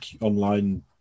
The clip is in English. online